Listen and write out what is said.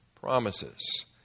promises